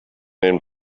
den